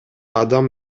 адам